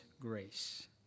grace